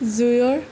জুইৰ